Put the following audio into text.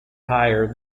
higher